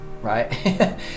right